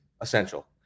essential